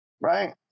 Right